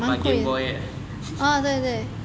我买 Gameboy eh